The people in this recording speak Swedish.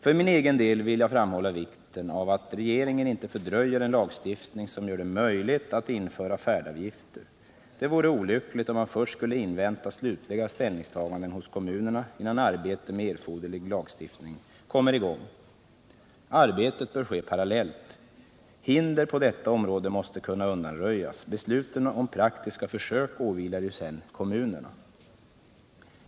För min del vill jag framhålla vikten av att regeringen inte fördröjer en lagstiftning som gör det möjligt att införa färdavgifter. Det vore olyckligt om man skulle invänta slutliga ställningstaganden hos kommunerna, innan arbete med erforderlig lagstiftning kommer i gång. Arbetet bör ske parallellt. Hinder på detta område måste kunna undanröjas. Besluten om praktiska försök åvilar ju sedan kommunerna.